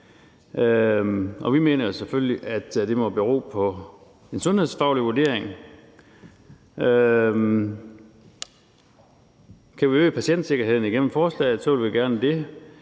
Vi mener selvfølgelig, at det må bero på en sundhedsfaglig vurdering. Kan vi øge patientsikkerheden med forslaget, vil vi gerne det,